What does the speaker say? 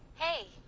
hey,